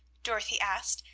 dorothy asked,